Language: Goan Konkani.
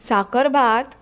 साकरभात